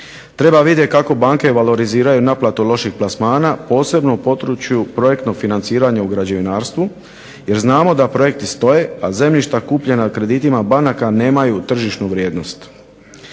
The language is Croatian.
Treba vidjeti kako banke valoriziraju naplatu loših plasmana posebno u području projektno financiranje u građevinarstvu, jer znamo da projekti stoje a zemljišta kupljena kreditima banaka nemaju tržišnu vrijednost.